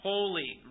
Holy